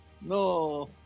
no